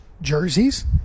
jerseys